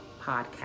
Podcast